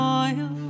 oil